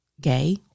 gay